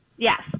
Yes